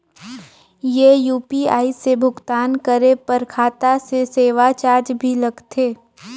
ये यू.पी.आई से भुगतान करे पर खाता से सेवा चार्ज भी लगथे?